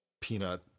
peanut